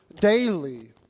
daily